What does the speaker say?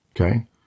Okay